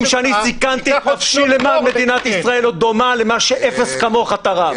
שאני סיכנתי למען מדינת ישראל לא דומה למה שאפס כמוך תרם.